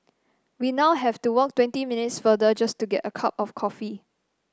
we now have to walk twenty minutes farther just to get a cup of coffee